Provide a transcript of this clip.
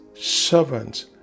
Servants